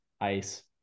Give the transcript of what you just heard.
ice